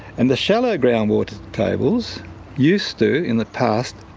and the shallow groundwater tables used to, in the past,